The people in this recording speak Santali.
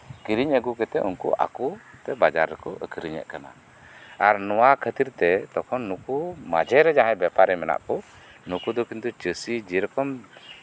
ᱠᱤᱨᱤᱧ ᱟᱹᱜᱩ ᱠᱟᱛᱮᱜ ᱟᱠᱚ ᱵᱟᱡᱟᱨ ᱨᱮᱠᱚ ᱟᱠᱷᱨᱤᱧᱮᱜ ᱠᱟᱱᱟ ᱟᱨ ᱱᱚᱣᱟ ᱠᱷᱟᱹᱛᱤᱨᱛᱮ ᱱᱩᱠᱩ ᱢᱟᱡᱷᱮᱨᱮ ᱡᱟᱦᱟᱸᱭ ᱵᱮᱯᱟᱨᱤ ᱢᱮᱱᱟᱜ ᱠᱚ ᱱᱩᱠᱩ ᱫᱚ ᱠᱤᱱᱛᱩ ᱪᱟᱹᱥᱤ ᱡᱮᱨᱚᱠᱚᱢ